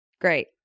Great